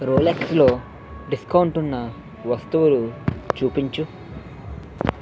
రోలెక్స్లో discount ఉన్న వస్తువులు చూపించుము